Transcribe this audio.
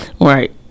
Right